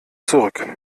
zurück